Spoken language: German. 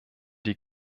die